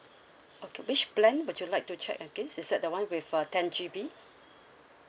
okay which plan would you like to check again is that the one with a ten G_B